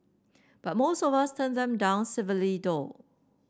but most of us turn them down civilly though